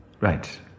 right